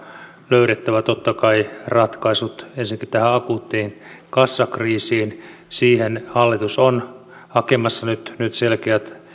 löydettävä totta kai ratkaisut ensinnäkin tähän akuuttiin kassakriisiin siihen hallitus on hakemassa nyt nyt